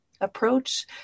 approach